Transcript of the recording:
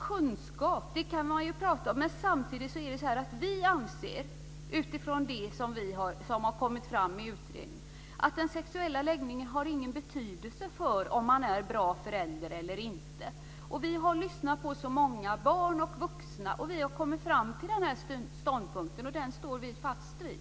Kunskap kan man ju tala om, men samtidigt anser vi utifrån det som har kommit fram i utredningen att den sexuella läggningen inte har någon betydelse för om man är en bra förälder eller inte. Vi har lyssnat på så många, barn och vuxna, och har kommit fram till den här ståndpunkten, och den står vi fast vid.